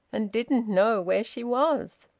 and didn't know where she was.